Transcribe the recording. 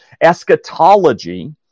Eschatology